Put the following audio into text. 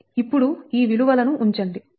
ఇప్పుడు ఈ విలువలను ఉంచండి మీకు 7